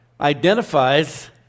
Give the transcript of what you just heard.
identifies